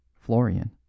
Florian